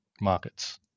markets